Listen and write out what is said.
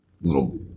little